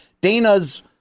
Dana's